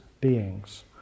beings